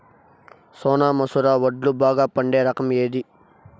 సోనా మసూర వడ్లు బాగా పండే రకం ఏది